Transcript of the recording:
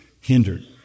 hindered